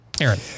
Aaron